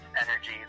energy